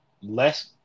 less